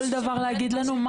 כל דבר להגיד לנו?